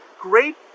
great